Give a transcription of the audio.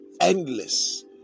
endless